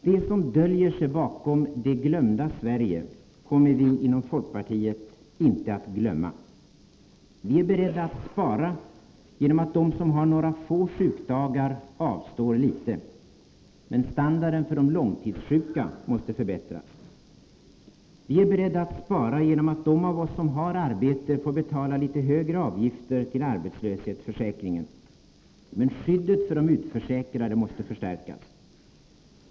Det som döljer sig bakom ”det glömda Sverige”, kommer vi inom folkpartiet inte att glömma. Vi är beredda att spara genom att låta dem som har några få sjukdagar avstå litet. Men standarden för de långtidssjuka måste förbättras. Vi är beredda att spara genom att låta dem av oss som har arbete få betala litet högre avgifter till arbetslöshetsförsäkringen. Men skyddet för de utförsäkrade måste förstärkas.